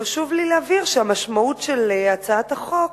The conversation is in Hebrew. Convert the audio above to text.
חשוב לי להבהיר שהמשמעות של הצעת החוק